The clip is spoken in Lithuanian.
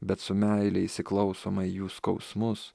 bet su meile įsiklausoma į jų skausmus